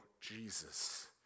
Jesus